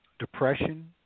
depression